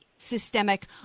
systemic